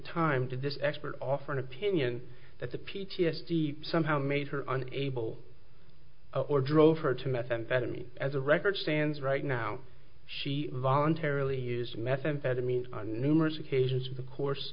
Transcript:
time to this expert offer an opinion that the p t s d somehow made her an able or drove her to methamphetamine as a record stands right now she voluntarily used methamphetamine on numerous occasions for the course